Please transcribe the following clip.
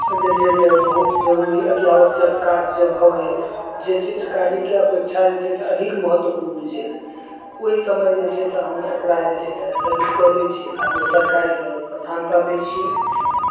जे छै से बहुत जरूरी अति आवश्यक काज जे भऽ गेल जे चित्रकारीके अपेक्षा जे छै से अधिक महत्वपूर्ण छै ओहि समय जे छै से हम एकरा जे छै से स्थगित कऽ दै छी आ दोसर कार्यक प्रधानता दै छियै